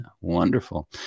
wonderful